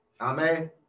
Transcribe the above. Amen